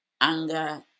anger